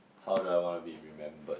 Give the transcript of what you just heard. how do I want to be remembered